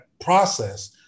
process